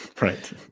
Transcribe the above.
Right